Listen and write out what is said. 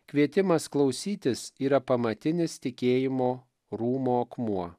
kvietimas klausytis yra pamatinis tikėjimo rūmo akmuo